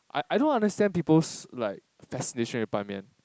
I I don't understand people's like fascination with Ban-Mian